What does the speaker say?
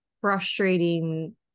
frustrating